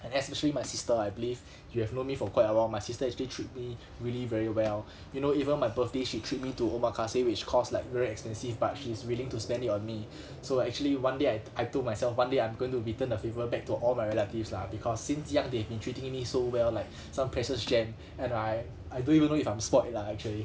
and especially my sister I believe you have known me for quite a while my sister actually treat me really very well you know even my birthday she treat me to omakase which cost like very expensive but she's willing to spend it on me so actually one day I t~ I told myself one day I'm going to return the favour back to all my relatives lah because since young they've been treating me so well like some precious gem and I I don't even know if I'm spoilt lah actually